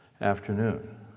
afternoon